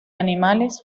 animales